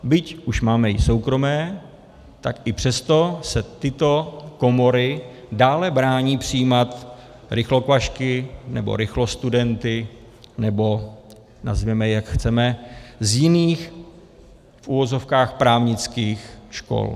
Byť už máme i soukromé, tak i přesto se tyto komory dále brání přijímat rychlokvašky nebo rychlostudenty, nebo nazvěme je, jak chceme, z jiných v uvozovkách právnických škol.